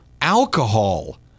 alcohol